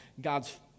God's